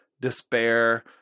despair